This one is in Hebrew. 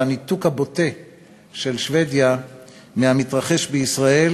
על הניתוק הבוטה של שבדיה מהמתרחש בישראל